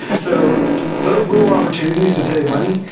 so those little opportunities to save money,